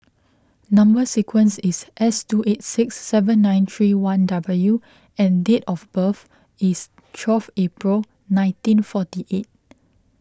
Number Sequence is S two eight six seven nine three one W and date of birth is twelve April nineteen forty eight